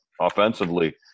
offensively